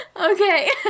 Okay